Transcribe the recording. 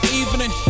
evening